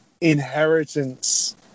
inheritance